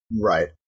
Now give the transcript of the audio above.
right